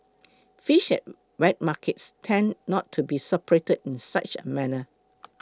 fish at wet markets tend not to be separated in such a manner